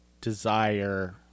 desire